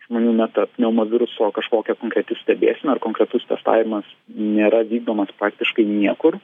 žmonių metapneumoviruso kažkokia konkreti stebėsena ar konkretus testavimas nėra vykdomas faktiškai niekur